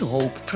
Hope